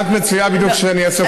מה את מציעה בדיוק שאני אעשה,